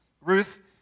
Ruth